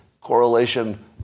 correlation